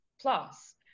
plus